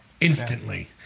instantly